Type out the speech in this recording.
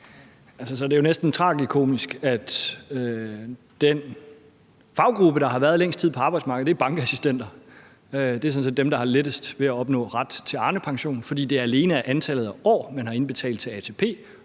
det jo næsten tragikomisk, at den faggruppe, der har været længst tid på arbejdsmarkedet, er bankassistenter. Det er sådan set dem, der har lettest ved at opnå ret til Arnepension, fordi det alene er et spørgsmål om antallet af år, man har indbetalt til ATP,